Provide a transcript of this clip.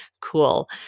cool